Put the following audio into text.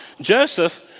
Joseph